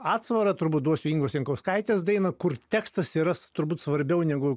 atsvarą turbūt duosiu ingos jankauskaitės dainą kur tekstas yra turbūt svarbiau negu